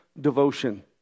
devotion